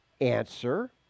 Answer